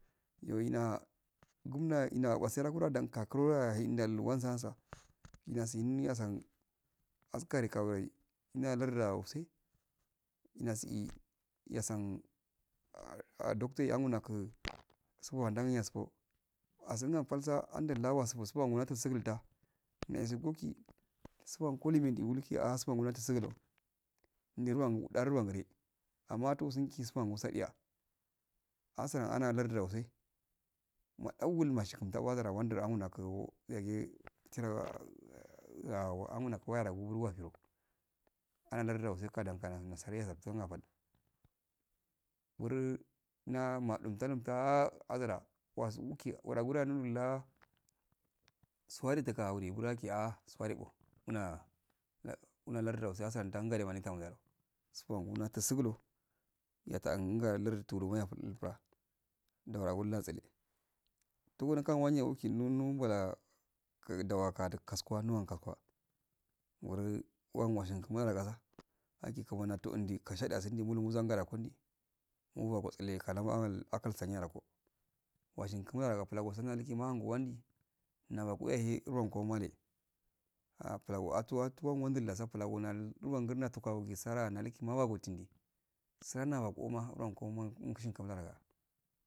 Iyo wsina gumda inda wasiya nda kakuno inda wasi hasa indasi hasan askare kawe inda landu wasi ndasi yasi ah dector amunogu sun yanda sugu asun wa pal so andal wasu masiban watu sigul da nechigo ki siban go ilen dohidi sidan sigulɔ ndiwah nde lardu ro gade ammatto sunki siban ko sodiya asuna lardu nause maduwa mashaka mtara gara andy ammu megu chiro ar amunogu waya rogu washid and lardudo wuse kadan kanu nasare asaftun afadu mur na dumta umta'a asura wasuki ola gura. naulu laa suwa tura tuki wuliyo wulaki yo suwal ko ah anu muna landu do siyasa tan gula man talewu supan gominati sugullu yatan lardu utulu miya pal upra ndagol la tsale tingudagi uki nau wala ah dawaka kasugh waka nuwanka kwa ungun wan wanaka mula saka aki kumani ods indigi keshadi wasun mulungi zada mungi mubo tsale ah ankol saniya ranko oshiki mala roko washiki mula roko pulo so ndai man ko wandi neko waya he ranko male ah pulangi tuwan tuwa go wandul wasongan plan go so nal nawa ngurne tuka sara neli gi maw to hi sama roknko mushinki mula roko